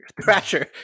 crasher